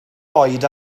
oed